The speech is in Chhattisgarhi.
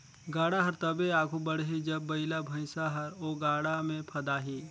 गाड़ा हर तबे आघु बढ़ही जब बइला भइसा हर ओ गाड़ा मे फदाही